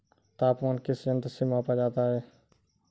तापमान किस यंत्र से मापा जाता है?